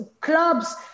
clubs